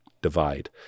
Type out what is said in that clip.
Divide